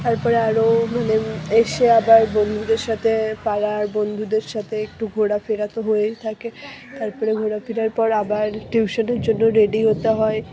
তারপরে আরও মানে এসে আবার বন্ধুদের সাথে পাড়ার বন্ধুদের সাথে একটু ঘোরাফেরা তো হয়েই থাকে তারপরে ঘোরাফেরার পর আবার টিউশনের জন্য রেডি হতে হয়